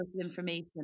information